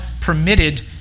permitted